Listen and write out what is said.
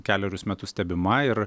kelerius metus stebima ir